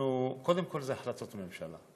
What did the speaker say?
קודם כול זה החלטות ממשלה.